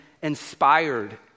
inspired